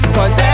Cause